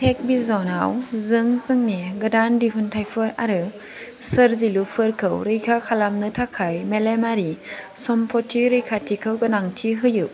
tech बिजनाव जों जोंनि गोदान दिहुनथाइफोर आरो सोरजिलुफोरखौ रैखा खालामनो थाखाय मेलेमारि सम्पति रैखाथिखौ गोनांथि होयो